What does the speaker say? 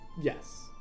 Yes